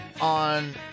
on